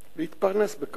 להתפרנס בכבוד.